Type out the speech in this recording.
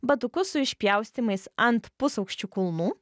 batukus su išpjaustymais ant pusaukščių kulnų